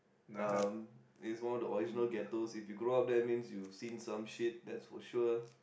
um it's one of the original ghettos if you grow up there means you seen some shit that's for sure